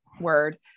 word